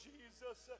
Jesus